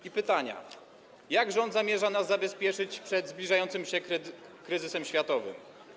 I pytania: Jak rząd zamierza nas zabezpieczyć przed zbliżającym się kryzysem światowym?